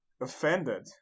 Offended